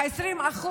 ה-20%